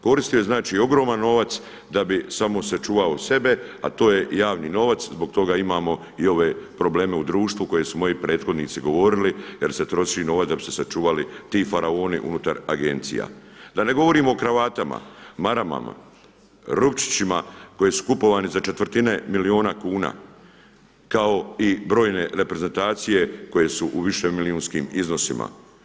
Koristio je znači ogroman novac da bi samo sačuvao sebe, a to je javni novac, zbog toga imamo i ove probleme u društvu koje su moji prethodnici govorili jer se troši novac da bi se sačuvali ti faraoni unutar agencija, da ne govorim o kravatama, maramama, rupčićima koji su kupovani za četvrtine milijuna kuna kao i brojne reprezentacije koje su u više milijunskim iznosima.